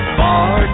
far